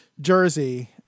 jersey